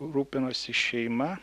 rūpinosi šeima